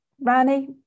Rani